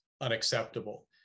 unacceptable